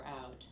out